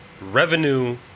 revenue